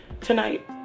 Tonight